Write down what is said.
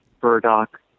burdock